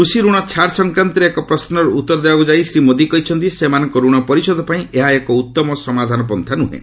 କୃଷି ଋଣ ଛାଡ଼ ସଂକ୍ରାନ୍ତରେ ଏକ ପ୍ରଶ୍ୱର ଉତ୍ତର ଦେବାକୁ ଯାଇ ଶ୍ରୀ ମୋଦି କହିଛନ୍ତି ସେମାନଙ୍କ ଋଣ ପରିଷୋଧ ପାଇଁ ଏହା ଏକ ଉତ୍ତମ ସମାଧାନ ପନ୍ଥା ନୁହେଁ